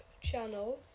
channel